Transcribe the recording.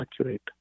accurate